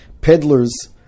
peddlers